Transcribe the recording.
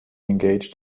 engaged